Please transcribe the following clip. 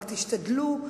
רק תשתדלו,